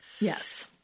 Yes